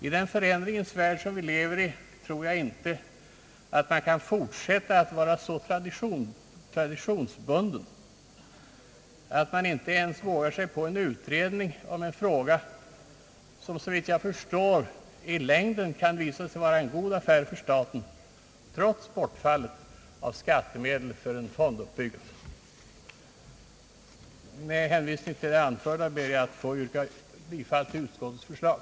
I den förändringens värld som vi lever i tror jag inte att man kan fortsätta med att vara så traditionsbunden att man inte ens vågar sig på en utredning om ett arrangemang som såvitt jag förstår i längden kan visa sig vara en god affär för staten trots bortfall av skattemedel för en fonduppbyggnad. Med hänvisning till det anförda ber jag att få yrka bifall till utskottets förslag.